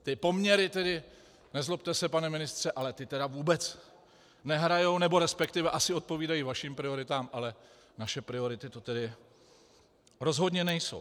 Ty poměry tedy, nezlobte se, pane ministře, ale vůbec nehrají, resp. asi odpovídají vašim prioritám, ale naše priority to tedy rozhodně nejsou.